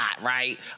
right